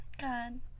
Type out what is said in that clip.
god